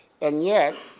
and yet,